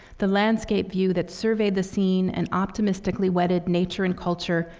the landscape view that surveyed the scene and optimistically wedded nature and culture,